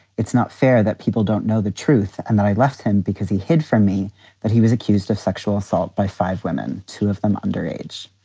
it's not fair that people don't know the truth. and then i left him because he hid from me that he was accused of sexual assault by five women, two of them under age.